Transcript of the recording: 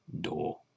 door